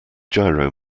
gyro